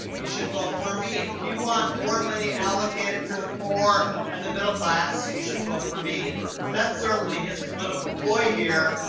you should vote for me. if you want more and money allocated to the poor and the middle class, you should vote for me. and that's certainly his political ploy here.